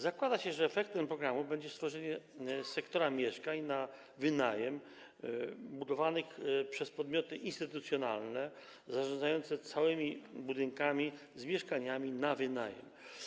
Zakłada się, że efektem programu będzie stworzenie sektora mieszkań na wynajem budowanych przez podmioty instytucjonalne zarządzające całymi budynkami z mieszkaniami na wynajem.